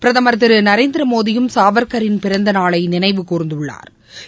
பிரதமா் திரு நரேந்திரமோடியும் சாவா்கரின் பிறந்த நாளை நினைவு கூா்ந்துள்ளாா்